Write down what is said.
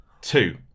Two